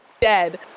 dead